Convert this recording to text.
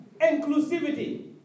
inclusivity